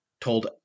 told